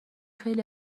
خیلی